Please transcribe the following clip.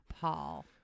Paul